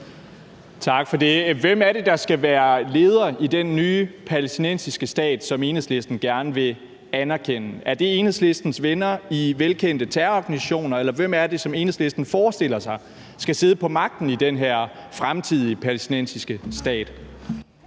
Tak for det. Hvem er det, der skal være lederen i den nye palæstinensiske stat, som Enhedslisten gerne vil anerkende? Er det Enhedslistens venner i velkendte terrororganisationer, eller hvem er det, som Enhedslisten forestiller sig skal sidde på magten i den her fremtidige palæstinensiske stat?